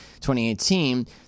2018